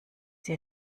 dir